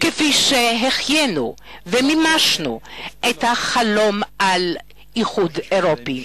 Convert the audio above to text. כפי שהחיינו ומימשנו את החלום על איחוד אירופי.